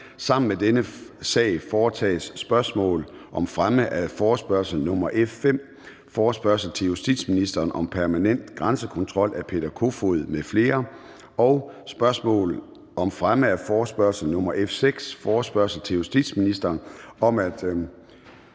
Sammen med dette punkt foretages: 2) Spørgsmål om fremme af forespørgsel nr. F 5: Forespørgsel til justitsministeren om permanent grænsekontrol. Af Peter Kofod (DF) m.fl. (Anmeldelse 14.03.2023). 3) Spørgsmål om fremme af forespørgsel nr. F 6: Forespørgsel til justitsministeren om